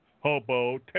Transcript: Hobo